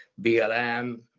BLM